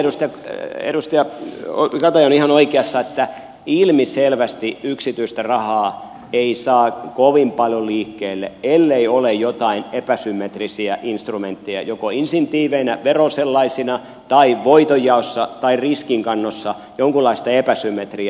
siinä edustaja kataja on ihan oikeassa että ilmiselvästi yksityistä rahaa ei saa kovin paljon liikkeelle ellei ole jotain epäsymmetrisiä instrumentteja insentiiveinä verosellaisina tai voitonjaossa tai riskinkannossa jonkunlaista epäsymmetriaa